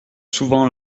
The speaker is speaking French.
souvent